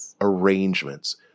arrangements